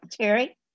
Terry